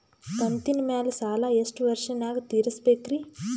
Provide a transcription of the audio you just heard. ಕಂತಿನ ಮ್ಯಾಲ ಸಾಲಾ ಎಷ್ಟ ವರ್ಷ ನ್ಯಾಗ ತೀರಸ ಬೇಕ್ರಿ?